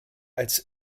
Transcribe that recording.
als